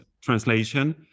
translation